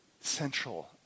central